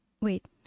Wait